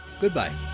Goodbye